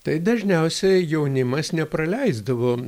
tai dažniausiai jaunimas nepraleisdavo